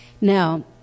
Now